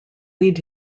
lead